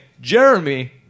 Jeremy